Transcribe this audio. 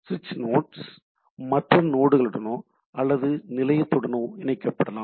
switching nodes மற்ற நோடுகளுடனோ அல்லது நிலையத்துடனோ இணைக்கப்படலாம்